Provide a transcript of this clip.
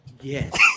Yes